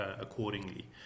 accordingly